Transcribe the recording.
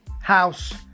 house